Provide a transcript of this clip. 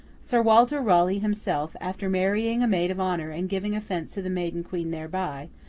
sir walter raleigh himself, after marrying a maid of honour and giving offence to the maiden queen thereby,